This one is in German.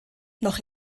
noch